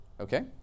okay